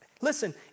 Listen